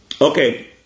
okay